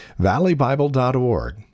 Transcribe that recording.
valleybible.org